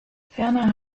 ferner